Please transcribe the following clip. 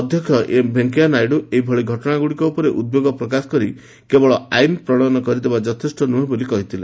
ଅଧ୍ୟକ୍ଷ ଏମ୍ ଭେଙ୍କୟା ନାଇଡୁ ଏଭଳି ଘଟଣାଗୁଡ଼ିକ ଉପରେ ଉଦ୍ବେଗ ପ୍ରକାଶ କରି କେବଳ ଆଇନ୍ ପ୍ରଶୟନ କରିଦେବା ଯଥେଷ୍ଟ ନୁହେଁ ବୋଲି କହିଥିଲେ